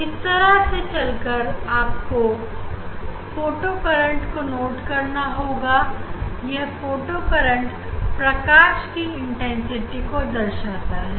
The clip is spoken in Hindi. इस तरह से चलकर आपको फोटोकरेंट को नोट करना होगा यह फोटो करंट प्रकाश की इंटेंसिटी को दर्शाता है